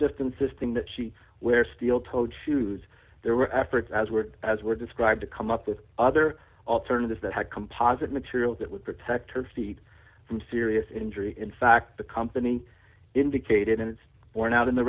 just insisting that she wear steel toed shoes there were efforts as were d as were described to come up with other alternatives that had composite materials that would protect her feet from serious injury in fact the company indicated it's borne out in the